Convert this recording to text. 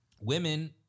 Women